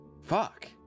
Fuck